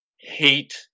hate